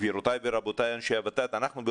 אנשי ות"ת יקרים,